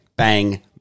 Bang